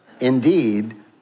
indeed